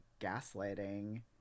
gaslighting